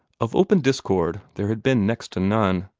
of open discord there had been next to none.